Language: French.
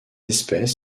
espèce